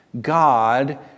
God